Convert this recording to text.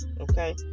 Okay